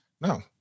no